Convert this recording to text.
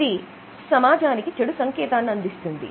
ఇది సమాజానికి చెడు సంకేతాన్ని అందిస్తుంది